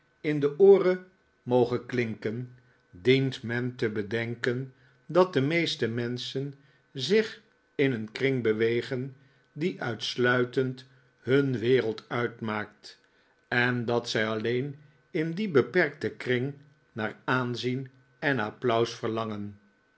in de ooren moge kaatje als lectrice klinken dient men te bedenken dat de meeste menschen zich in een kring bewegen die uitsluitend hun wereld uitmaakt en dat zij alleen in dien beperkteri kring naar aanzien en applaus verlangen